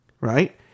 right